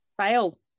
Fail